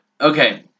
Okay